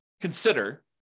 consider